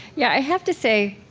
yeah, i have to say,